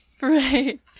Right